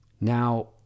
Now